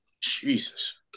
Jesus